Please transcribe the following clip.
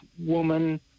woman